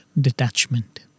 detachment